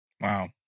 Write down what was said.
Wow